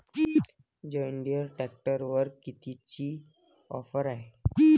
John Deere ट्रॅक्टरवर कितीची offer हाये?